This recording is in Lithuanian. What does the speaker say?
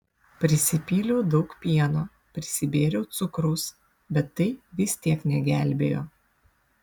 prisipyliau daug pieno prisibėriau cukraus bet tai vis tiek negelbėjo